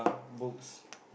books